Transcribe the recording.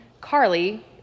Carly